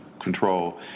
control